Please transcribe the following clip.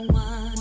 one